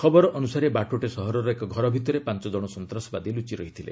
ଖବର ଅନୁସାରେ ବାଟୋଟେ ସହରର ଏକ ଘର ଭିତରେ ପାଞ୍ଚ ଜଣ ସନ୍ତାସବାଦୀ ଲୁଚି ରହିଥିଲେ